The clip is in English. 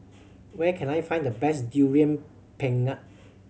where can I find the best Durian Pengat